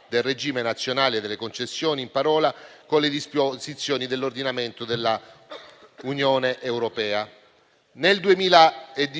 grazie a